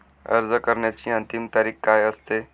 अर्ज करण्याची अंतिम तारीख काय असते?